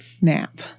nap